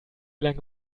lange